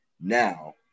now